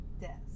death